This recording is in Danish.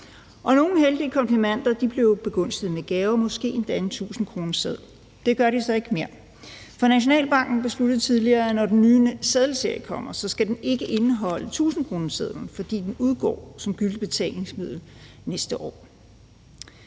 Nogle heldige konfimander blev jo begunstiget med gaver, måske endda en 1.000-kroneseddel. Det gør de så ikke mere. For Nationalbanken besluttede tidligere, at når den nye seddelserie kommer, skal den ikke indeholde 1.000-kronesedlen, fordi den udgår som gyldigt betalingsmiddel næste år.